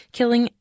killing